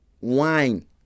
wine